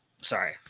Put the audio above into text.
Sorry